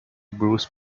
bruce